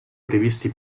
previsti